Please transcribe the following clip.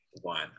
one